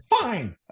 fine